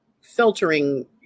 filtering